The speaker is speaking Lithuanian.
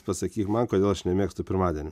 pasakyk man kodėl aš nemėgstu pirmadienių